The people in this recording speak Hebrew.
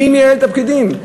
מי מייעל את הפקידים?